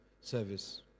service